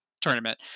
tournament